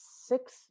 six